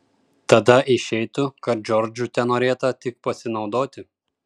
tada išeitų kad džordžu tenorėta tik pasinaudoti